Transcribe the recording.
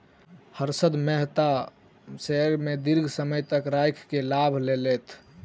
Harshad Mehta share के दीर्घ समय तक राइख के लाभ लेलैथ